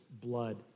blood